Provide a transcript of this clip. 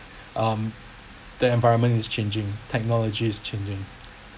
um the environment is changing technology is changing